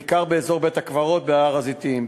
בעיקר באזור בית-הקברות בהר-הזיתים.